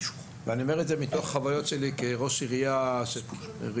אני אומר את זה מתוך חוויות שלי כראש עיריית אילת,